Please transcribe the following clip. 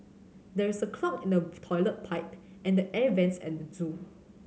there is a clog in the toilet pipe and the air vents at the zoo